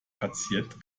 patient